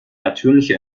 natürliche